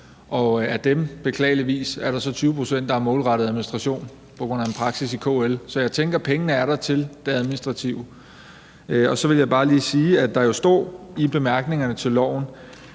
Og af dem er der beklageligvis så 20 pct., der er målrettet administration på grund af en praksis i KL. Så jeg tænker pengene er der til det administrative. Og så vil jeg bare lige sige, at der jo står i bemærkningerne til loven,